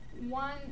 One